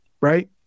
Right